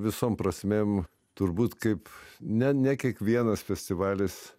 visom prasmėm turbūt kaip ne ne kiekvienas festivalis